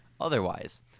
otherwise